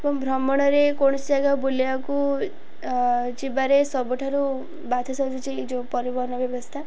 ଏବଂ ଭ୍ରମଣରେ କୌଣସି ଜାଗା ବୁଲିବାକୁ ଯିବାରେ ସବୁଠାରୁ ବାଧ ସାଜୁଛି ଯେଉଁ ପରିବହନ ବ୍ୟବସ୍ଥା